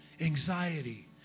anxiety